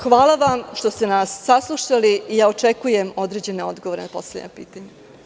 Hvala vam što ste me saslušali, ja očekujem određene odgovore na postavljena pitanja.